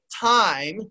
time